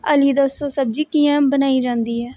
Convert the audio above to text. अली दस्सो सब्जी कि'यां बनाई जांदी ऐ